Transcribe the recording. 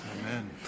Amen